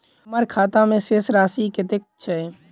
हम्मर खाता मे शेष राशि कतेक छैय?